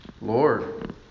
Lord